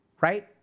right